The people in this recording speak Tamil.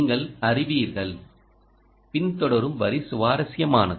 நீங்கள் அறிவீர்கள்பின்தொடரும் வரி சுவாரஸ்யமானது